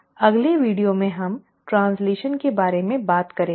अगले वीडियो में हम ट्रैन्स्लैशन के बारे में बात करेंगे